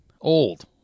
old